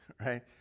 right